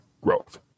growth